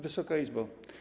Wysoka Izbo!